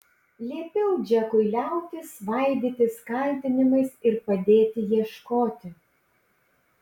liepiau džekui liautis svaidytis kaltinimais ir padėti ieškoti